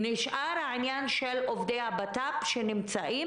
נשאר העניין של עובדי הבט"פ שנמצאים